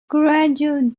gradual